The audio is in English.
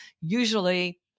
Usually